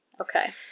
Okay